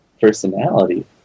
personality